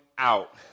Out